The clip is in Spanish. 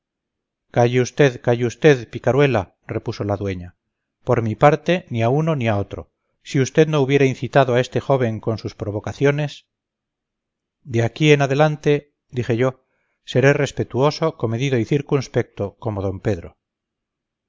calle usted calle usted picaruela repuso la dueña por mi parte ni a uno ni a otro si usted no hubiera incitado a este joven con sus provocaciones de aquí en adelante dije yo seré respetuoso comedido y circunspecto como don pedro